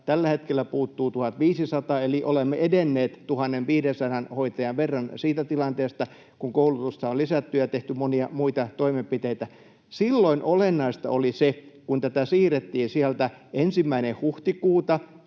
tällä hetkellä siitä puuttuu 1 500, eli olemme edenneet 1 500 hoitajan verran siitä tilanteesta, kun koulutusta on lisätty ja tehty monia muita toimenpiteitä. Silloin kun tätä siirrettiin sieltä 1. päivältä huhtikuuta